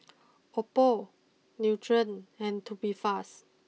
Oppo Nutren and Tubifast